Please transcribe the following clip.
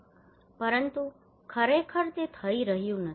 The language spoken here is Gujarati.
પરંતુ ખરેખર તે થઈ રહ્યું નથી